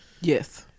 yes